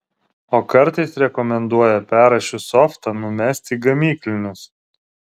o kartais rekomenduoja perrašius softą numest į gamyklinius